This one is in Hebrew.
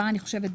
במאי, אני חושבת.